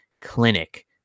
clinic